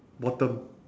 bottom